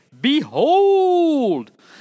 behold